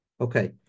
Okay